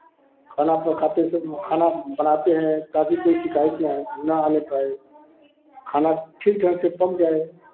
खाना पकाते से खाना बनाते हैं ताकि कोई शिकायत न आए न आने पाए खाना ठीक ढंग से पक जाए